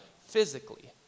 physically